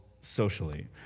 socially